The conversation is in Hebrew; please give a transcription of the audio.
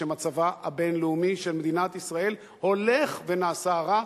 שמצבה הבין-לאומי של מדינת ישראל הולך ונעשה רע,